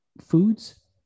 foods